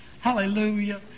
Hallelujah